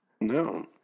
No